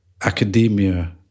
academia